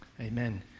Amen